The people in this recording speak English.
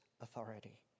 authority